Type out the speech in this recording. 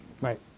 Right